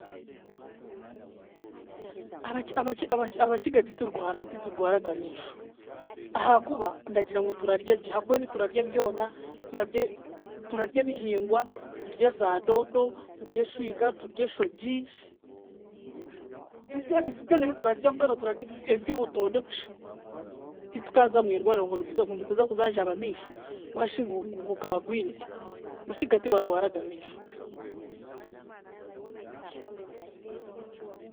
Abaki Abaki Abaki Abakiga titurwara titurwaraga amiisho ahaakuba ndagira ngu turaryagye ahakuba ebiturarya byona, turarya turarya ebihingwa; turye za doodo, turye eshwiga, turye eshogi, turye ebintu byona ebiturarya mbwenu turarya ebyobutonde kusha, titukaaza mwirwariro ngu orikuza ndikuza kujanjaba amiisho ngu hashi ngu ngu gaagwire, Abakiga tibarwaraaga amiisho.